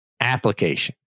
application